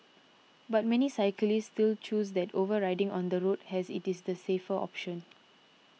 but many cyclists still choose that over riding on the road as it is the safer option